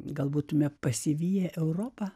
gal būtumėme pasiviję europą